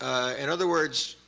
in other words,